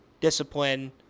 discipline